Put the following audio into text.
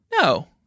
No